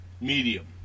Medium